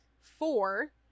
Four